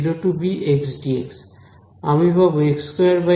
আমি পাব x22